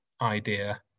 idea